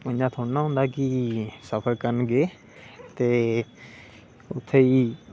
उंआ थोह्ड़े ना होंदा कि सफर करन गै ते उत्थे बी